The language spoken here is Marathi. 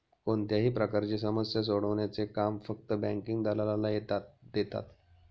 कोणत्याही प्रकारची समस्या सोडवण्याचे काम फक्त बँकिंग दलालाला देतात